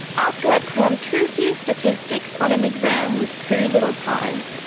after i'd crammed too few statistics on an exam with too little time,